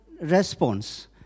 response